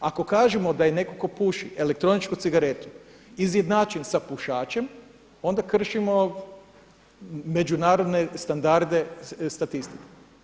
Ako kažemo da neko ko puši elektroničku cigaretu izjednačen sa pušačem, onda kršimo međunarodne standarde statistike.